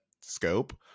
scope